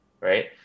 right